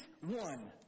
one